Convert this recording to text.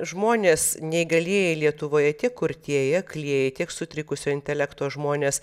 žmonės neįgalieji lietuvoje tiek kurtieji aklieji tiek sutrikusio intelekto žmonės